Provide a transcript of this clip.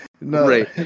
no